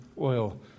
oil